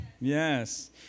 Yes